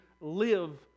live